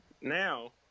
now